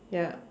yup